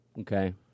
Okay